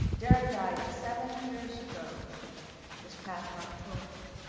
derrick died seven years ago this past october,